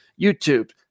YouTube